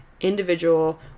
individual